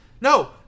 No